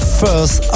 first